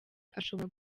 ashobora